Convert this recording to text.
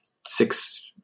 six